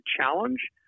challenge